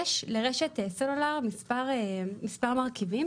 יש לרשת סלולר מספר מרכיבים,